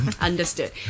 Understood